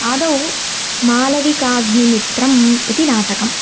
आदौ मालविकाग्निमित्रम् इति नाटकम्